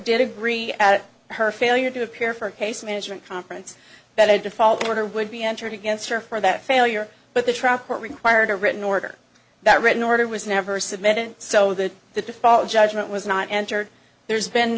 agree at her failure to appear for a case management conference that a default order would be entered against her for that failure but the truck required a written order that written order was never submitted so that the default judgment was not entered there's been